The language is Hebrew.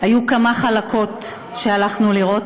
היו כמה חלקות שהלכנו לראות,